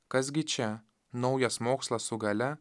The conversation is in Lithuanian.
kas gi čia naujas mokslas su galia